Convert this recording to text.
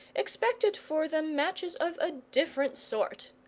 expected for them matches of a different sort.